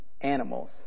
animals